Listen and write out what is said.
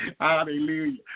Hallelujah